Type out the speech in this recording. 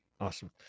Awesome